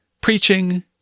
preaching